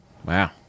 Wow